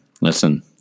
listen